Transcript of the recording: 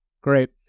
Great